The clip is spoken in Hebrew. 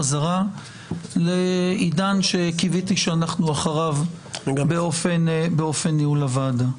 חזרה לעידן שקיוויתי שאנחנו אחריו באופן ניהול הוועדה.